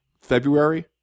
February